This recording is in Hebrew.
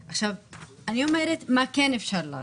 אני אומרת מה כן אפשר לעשות,